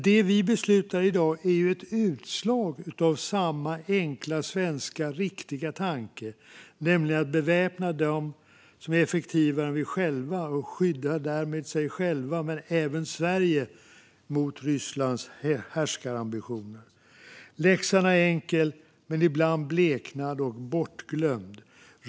Det vi beslutar i dag är ett utslag av samma enkla svenska riktiga tanke, nämligen att beväpna dem som är effektivare än vi själva och som därmed skyddar sig själva men även Sverige mot Rysslands härskarambitioner. Läxan är enkel, men ibland bleknar den, bortglömd.